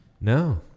No